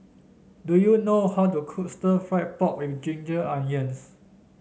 do you know how to cook stir fry pork with Ginger Onions